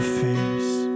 face